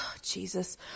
Jesus